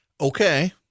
Okay